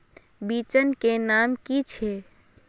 बिचन के नाम की छिये?